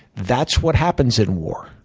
that's what happens in war.